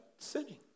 Sinning